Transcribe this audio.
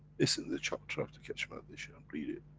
it's in the charter of the keshe foundation, and read it.